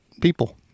People